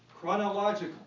Chronological